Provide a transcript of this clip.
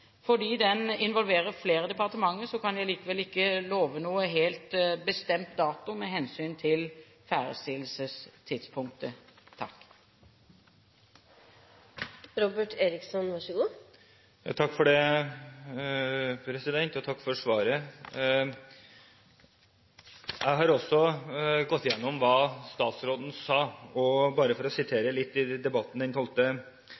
Fordi den involverer flere departementer, kan jeg likevel ikke love noe helt bestemt med hensyn til ferdigstillelsestidspunkt. Takk for svaret. Jeg har også gått igjennom hva statsråden sa, og bare for å